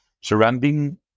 Surrounding